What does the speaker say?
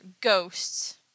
ghosts